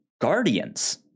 guardians